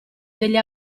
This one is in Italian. degli